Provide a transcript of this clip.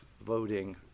voting